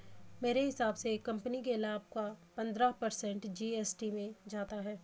मेरे हिसाब से कंपनी के लाभ का पंद्रह पर्सेंट जी.एस.टी में जाता है